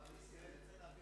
אמרת את זה בדיוק.